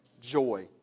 joy